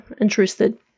interested